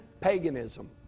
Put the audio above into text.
paganism